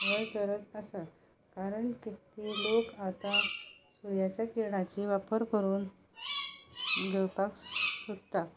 वयर सरत आसा कारण की लोक आतां सुर्याच्या किर्णाची वापर करून घेवपाक सोदतात